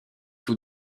tous